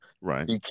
right